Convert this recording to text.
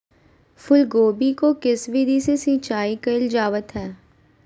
फूलगोभी को किस विधि से सिंचाई कईल जावत हैं?